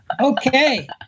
Okay